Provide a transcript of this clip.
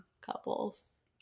couples